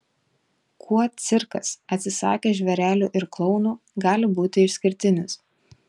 kuo cirkas atsisakęs žvėrelių ir klounų gali būti išskirtinis